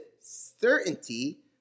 certainty